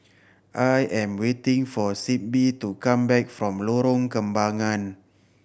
I am waiting for Sibbie to come back from Lorong Kembangan